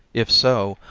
if so,